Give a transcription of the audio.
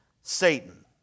Satan